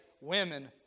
women